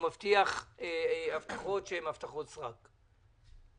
למעשה מבטיח הבטחות סרק.